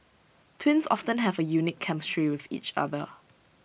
twins often have A unique chemistry with each other